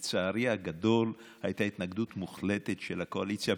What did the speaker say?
לצערי הגדול הייתה התנגדות מוחלטת של הקואליציה.